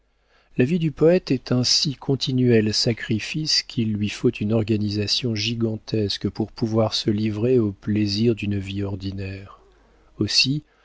la vie du poëte est un si continuel sacrifice qu'il lui faut une organisation gigantesque pour pouvoir se livrer aux plaisirs d'une vie ordinaire aussi